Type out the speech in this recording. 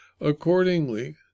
Accordingly